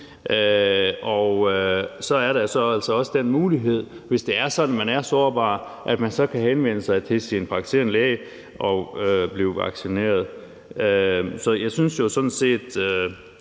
nu. Så er der også den mulighed, hvis det er sådan, at man er sårbar, at man kan henvende sig til praktiserende læge og blive vaccineret. Så jeg synes jo sådan set,